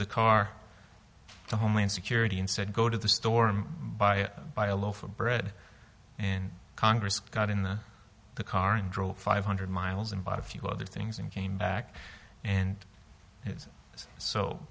the car to homeland security and said go to the storm by buy a loaf of bread in congress got in the car and drove five hundred miles and bought a few other things and came back and it was so